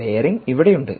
bearing ഇവിടെയുണ്ട്